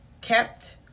kept